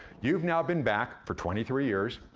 you've now been back for twenty three years.